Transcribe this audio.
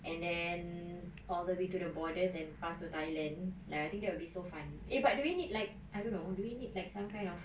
and then all the way to the borders and pass to thailand like I think that will be so fun eh but the way need like I don't know do we need like some kind of